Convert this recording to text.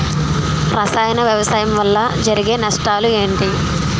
రసాయన వ్యవసాయం వల్ల జరిగే నష్టాలు ఏంటి?